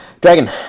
dragon